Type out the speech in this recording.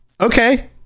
Okay